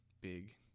big